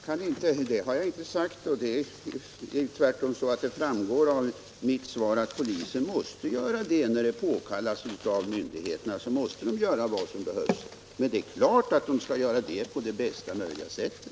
Herr talman! Det har jag inte sagt. Det är tvärtom så att det framgår av mitt svar att polisen måste göra vad som behövs när det påkallas av myndigheterna. Men det är klart att polisen skall göra det på det bästa möjliga sättet.